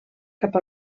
cap